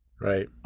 Right